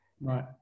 Right